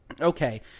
Okay